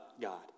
God